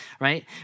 right